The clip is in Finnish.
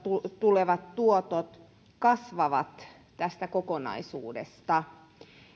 tulevat tuotot kasvavat tästä kokonaisuudesta